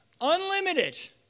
Unlimited